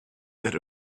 that